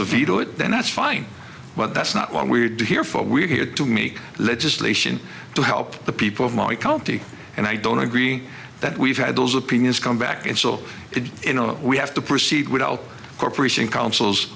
to veto it then that's fine but that's not what we do here for we're here to make legislation to help the people of my county and i don't agree that we've had those opinions come back and so it you know we have to proceed without corporation coun